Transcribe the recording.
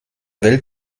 welt